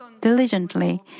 diligently